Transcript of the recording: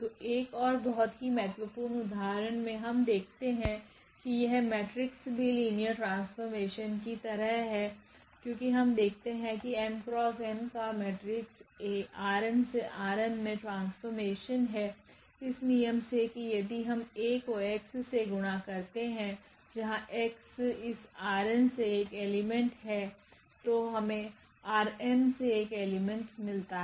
तो एक और बहुत ही महत्वपूर्ण उदाहरण मे हम देखते हैं कि यह मेट्रिक्स भी लिनियर ट्रांसफॉर्मेशन कि तरह है क्योकि हम देखते है कि𝑚×𝑛का मेट्रिक्स 𝐴ℝnसे Rm मे ट्रांसफॉर्मेशन है इस नियम से कि यदि हम𝐴को 𝑥 से गुणा करते है जहां𝑥इस Rn से एक एलिमेंट हैतो हमे Rm से एक एलिमेंट मिलता है